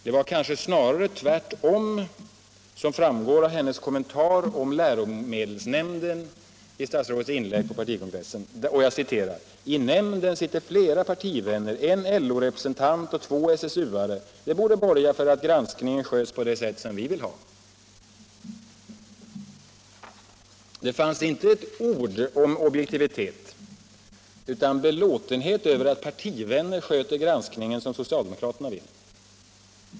Det var kanske snarare tvärtom, som framgår av kommentaren om läromedelsnämnden i statsrådets inlägg på partikongressen. Där heter det: ”I nämnden sitter flera partivänner, en LO-representant och två SSU-are. Det borde borga för att granskningen sköts på det sätt som vi vill.” Där fanns inte ett ord om objektivitet utan belåtenhet över att par 67 tivänner sköter granskningen som socialdemokraterna vill.